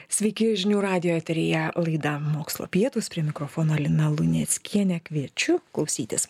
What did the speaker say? sveiki žinių radijo eteryje laida mokslo pietūs prie mikrofono lina luneckienė kviečiu klausytis